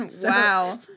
Wow